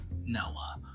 Noah